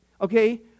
okay